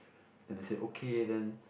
then they said okay then